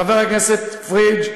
חבר הכנסת פריג',